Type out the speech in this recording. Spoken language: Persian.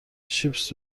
چیپس